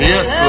Yes